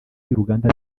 y’uruganda